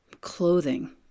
clothing